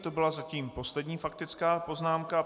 To byla zatím poslední faktická poznámka.